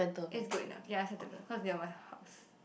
it's good enough ya cause they are my house